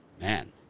Man